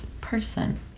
person